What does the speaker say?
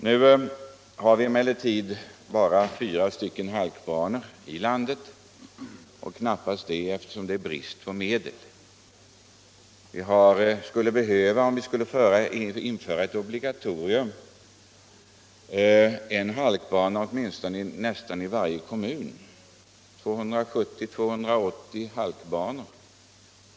Nu har vi emellertid bara fyra halkbanor i landet och knappast det, eftersom det är brist på medel. Om vi skulle införa ett obligatorium skulle vi behöva en halkbana i nästan varje kommun, dvs. 270-280 halkbanor.